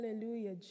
Hallelujah